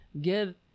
get